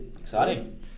Exciting